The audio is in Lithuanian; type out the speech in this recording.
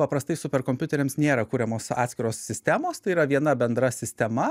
paprastai superkompiuteriams nėra kuriamos atskiros sistemos tai yra viena bendra sistema